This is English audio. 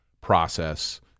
process